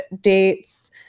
dates